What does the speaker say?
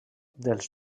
dels